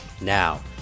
Now